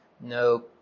No